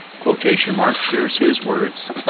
quotation mark, here's his words.